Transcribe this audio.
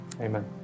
amen